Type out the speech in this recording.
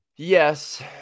Yes